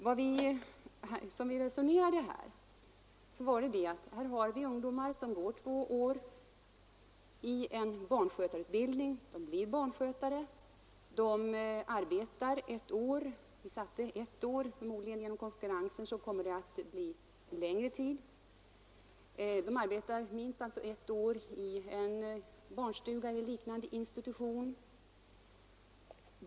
Vi har resonerat så här: Det finns ungdomar som genomgår en tvåårig barnskötarutbildning och arbetar ett år — vi satte gränsen till ett år, men förmodligen kommer konkurrensen att medföra att det blir längre — i en barnstuga eller liknande institution.